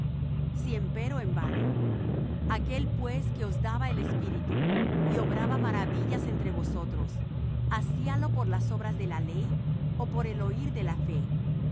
si empero en vano aquel pues que os daba el espíritu y obraba maravillas entre vosotros hacíalo por las obras de la ley ó por el oir de la fe